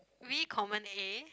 really common A